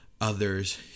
others